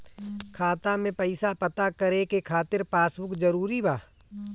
खाता में पईसा पता करे के खातिर पासबुक जरूरी बा?